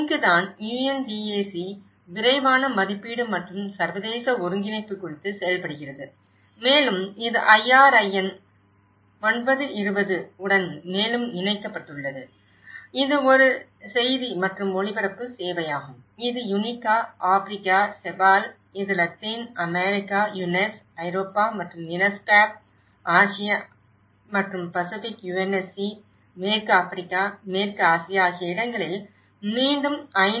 இங்குதான் UNDAC விரைவான மதிப்பீடு மற்றும் சர்வதேச ஒருங்கிணைப்பு குறித்து செயல்படுகிறது மேலும் இது IRIN 920 உடன் மேலும் இணைக்கப்பட்டுள்ளது இது ஒரு செய்தி மற்றும் ஒளிபரப்பு சேவையாகும் இது யுனிகா ஆப்பிரிக்கா CEPAL இது லத்தீன் அமெரிக்கா UNECE ஐரோப்பா மற்றும் UNESCAP ஆசியா மற்றும் பசிபிக் UNSC மேற்கு ஆபிரிக்கா மேற்கு ஆசியா ஆகிய இடங்களில் மீண்டும் ஐ